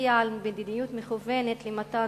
מצביע על מדיניות מכוונת למתן